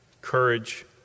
courage